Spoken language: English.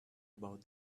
about